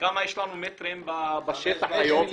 כמה מטרים יש לנו בשטח היום?